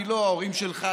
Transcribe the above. אני לא ההורים שלך,